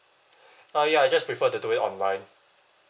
uh ya I just prefer to do it online